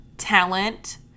Talent